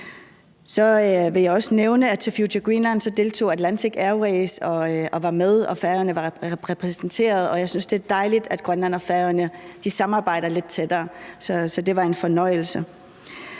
til Future Greenland deltog Atlantic Airways og var med, og Færøerne var repræsenteret, og jeg synes, det er dejligt, at Grønland og Færøerne samarbejder lidt tættere. Så det var en fornøjelse.